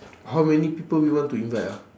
how many people we want to invite ah